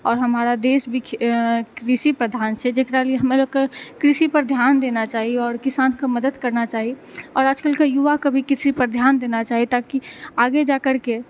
आओर हमारा देश भी कृषि प्रधान छै जेकरा लिए हमलोग के कृषि पर ध्यान देना चाहि और किसान के मदद करना चाही और आजकल के युवा के भी कृषि पर ध्यान देन चाही ताकि आगे जाकरके